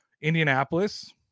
Indianapolis